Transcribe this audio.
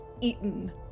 eaten